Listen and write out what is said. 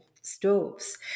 stoves